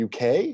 UK